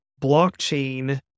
blockchain